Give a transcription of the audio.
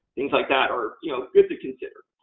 things like that are you know good to consider.